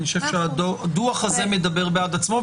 אני חושב שהדוח הזה מדבר בעד עצמו,